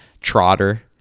trotter